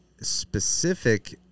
specific